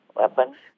weapons